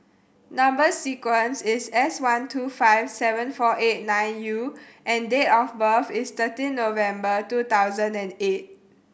number sequence is S one two five seven four eight nine U and date of birth is thirteen November two thousand and eight